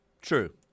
True